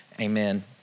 Amen